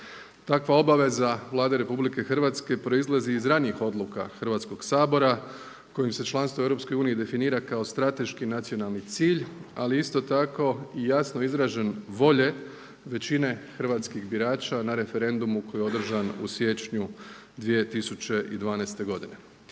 Takva obaveza Vlade Republike Hrvatske proizlazi iz ranijih odluka Hrvatskoga sabora kojim se članstvo u Europskoj uniji definira kao strateški nacionalni cilj ali isto tako i jasno izraženu volju većine hrvatskih birača na referendumu koji je održan u siječnju 2012. godine.